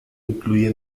incluida